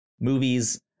movies